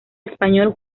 español